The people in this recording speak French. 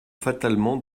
fatalement